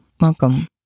welcome